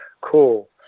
cool